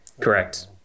Correct